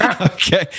Okay